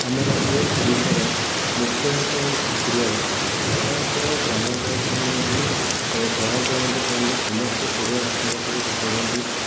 ଆମ ରାଜ୍ୟ ଓଡ଼ିଶାର ମୁଖ୍ୟ ଭାଷା ହେଉଛି ଓଡ଼ିଆ ଭାଷା ସାଧାରଣତଃ ଗ୍ରାମାଞ୍ଚଳଠାରୁ ନେଇକି ସହରାଞ୍ଚଳ ମଧ୍ୟ ସେମାନେ ତ ସମସ୍ତେ ଓଡ଼ିଆ ଭାଷାଭାଷିରେ କଥା ହୁଅନ୍ତି